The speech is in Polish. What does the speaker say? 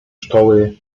szkoły